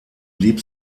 blieb